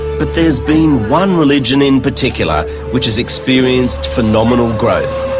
but there's been one religion in particular which has experienced phenomenal growth.